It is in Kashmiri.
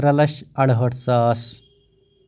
ترٛےٚ لچھ ارہٲٹھ ساس